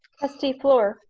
trustee fluor.